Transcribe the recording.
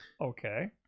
Okay